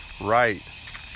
right